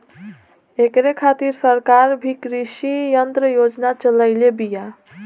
ऐकरे खातिर सरकार भी कृषी यंत्र योजना चलइले बिया